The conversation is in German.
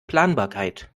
planbarkeit